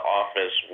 office